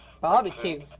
Barbecue